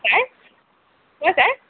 sir অ' sir